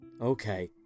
Okay